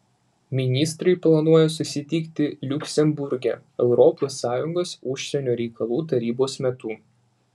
ministrai planuoja susitikti liuksemburge europos sąjungos užsienio reikalų tarybos metu